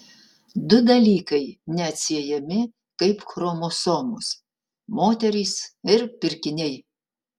du dalykai neatsiejami kaip chromosomos moterys ir pirkiniai